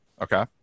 Okay